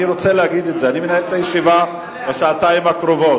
אני רוצה להגיד את זה: אני מנהל את הישיבה בשעתיים הקרובות,